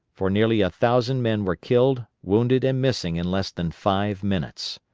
for nearly a thousand men were killed, wounded, and missing in less than five minutes.